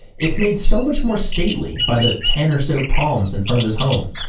it's made so much more stately by the ten or so palms in front of his home.